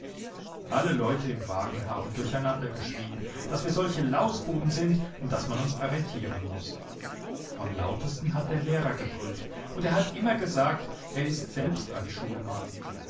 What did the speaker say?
alle leute im wagen haben durcheinandergeschrien daß wir solche lausbuben sind und daß man uns arretieren muß am lautesten hat der lehrer gebrüllt und er hat immer gesagt er ist selbst ein